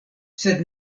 sed